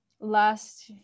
last